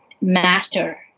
master